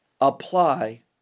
apply